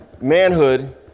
manhood